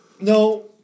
No